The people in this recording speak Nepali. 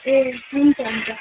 ए हुन्छ हुन्छ